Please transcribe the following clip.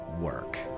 work